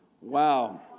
Wow